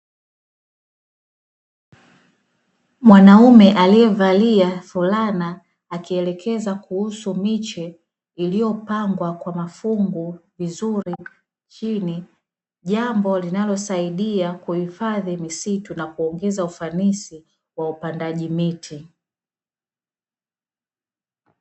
Mwanaume aliyevalia fulana akielekeza kuhusu miche iliyopangwa kwa mafungu vizuri chini, jambo linalosaidia kuhifadhi misitu na kuongeza ufanisi wa upandaji miti.